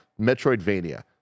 metroidvania